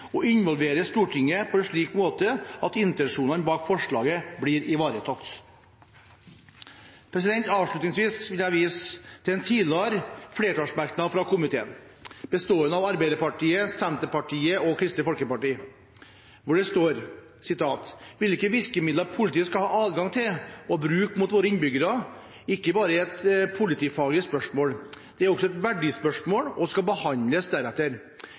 og involverer Stortinget på en slik måte at intensjonene bak forslaget blir ivaretatt. Avslutningsvis vil jeg vise til en tidligere merknad fra et flertall i komiteen, bestående av Arbeiderpartiet, Senterpartiet og Kristelig Folkeparti. Det står at «hvilke virkemidler politiet skal ha adgang til å bruke mot våre innbyggere, ikke bare er et politifaglig spørsmål. Det er også et verdispørsmål, og skal behandles deretter.